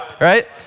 right